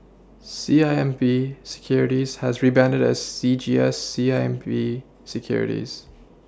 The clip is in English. C I M B Securities has rebranded as C G S C I M B Securities